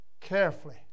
carefully